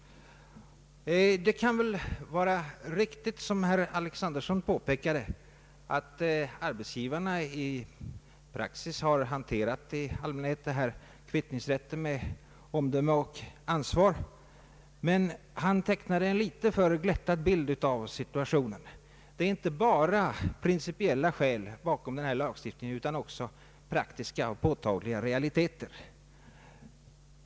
Det kan väl vara riktigt, som herr Alexanderson påpekade, att arbetsgivarna i praxis i allmänhet har hanterat denna kvittningsrätt med omdöme och ansvar, men han tecknade en litet för glättad bild av situationen. Det är inte bara principiella skäl bakom denna lagstiftning utan också praktiska och påtagliga realiteter.